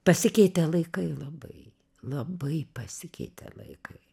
pasikeitė laikai labai labai pasikeitė laikai